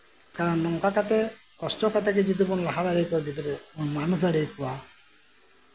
ᱟᱨ ᱱᱚᱝᱠᱟ ᱠᱟᱛᱮᱜ ᱠᱚᱥᱴᱚ ᱠᱟᱛᱮᱜ ᱡᱚᱫᱤ ᱵᱚᱱ ᱞᱟᱦᱟ ᱫᱟᱲᱮᱭᱟᱜᱼᱟ ᱜᱤᱫᱽᱨᱟᱹ ᱥᱮ ᱵᱚᱱ ᱢᱟᱱᱩᱥ ᱫᱟᱲᱮ ᱟᱠᱚᱣᱟ